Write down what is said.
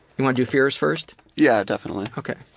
you wanna do fears first? yeah, definitely. ok.